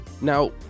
Now